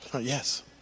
Yes